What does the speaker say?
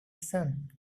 son